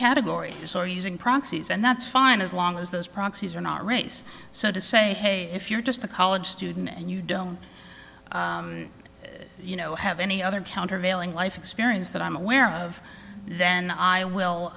categories or using proxies and that's fine as long as those proxies are not race so to say hey if you're just a college student and you don't you know have any other countervailing life experience that i'm aware of then i will